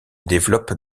développent